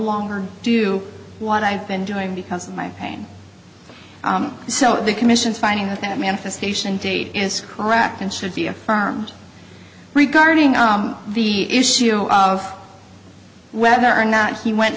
longer do what i've been doing because of my pain so the commission's finding out that manifestation date is correct and should be affirmed regarding the issue of whether or not he went